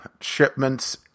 shipments